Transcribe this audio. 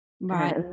right